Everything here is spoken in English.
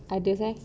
others